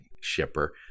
shipper